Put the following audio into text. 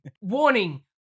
Warning